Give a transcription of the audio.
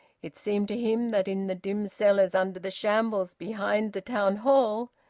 it seemed to him that in the dim cellars under the shambles behind the town hall,